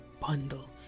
bundle